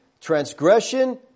transgression